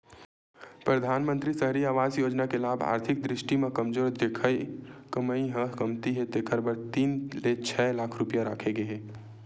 परधानमंतरी सहरी आवास योजना के लाभ आरथिक दृस्टि म कमजोर जेखर कमई ह कमती हे तेखर बर तीन ले छै लाख रूपिया राखे गे हे